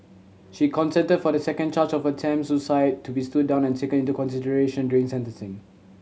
she consented for the second charge of attempted suicide to be stood down and taken into consideration during sentencing